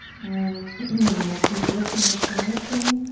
and we'll keep lifting, lifting, lifting,